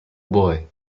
boy